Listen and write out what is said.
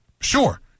sure